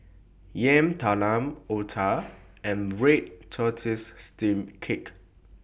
Yam Talam Otah and Red Tortoise Steamed Cake